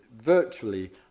virtually